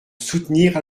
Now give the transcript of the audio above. soutenir